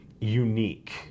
unique